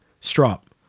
strop